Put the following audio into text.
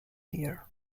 here